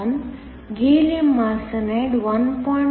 1 gallium arsenide 1